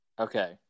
okay